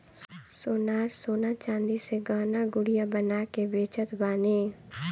सोनार सोना चांदी से गहना गुरिया बना के बेचत बाने